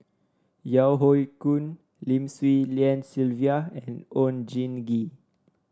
Yeo Hoe Koon Lim Swee Lian Sylvia and Oon Jin Gee